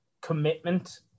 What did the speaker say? commitment